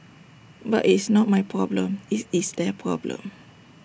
but IT is not my problem IT is their problem